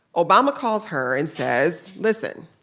obama calls her and says, listen.